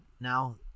now